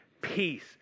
peace